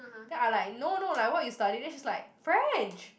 then I like no no like what you studying then she's like French